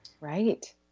Right